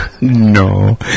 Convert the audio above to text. No